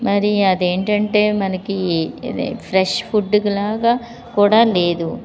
మరి అది ఏంటంటే మనకి అది ఫ్రెష్ ఫుడ్లాగా కూడా లేదు